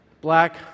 Black